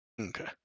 Okay